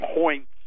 points